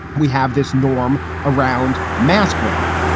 we have this norm around mask wearing.